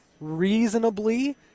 reasonably